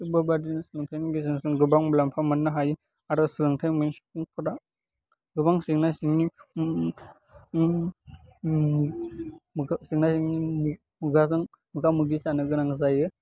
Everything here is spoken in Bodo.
थिक बेबायदिनो सोलोंथाइनि गेजेरजों गोबां मुलाम्फा मोन्नो हायो आरो सोलोंथाइ मोनि सुबुंफोरा गोबां जेंना जेंनिजों जेंनिजों मोगा मोगि जानो गोनां जायो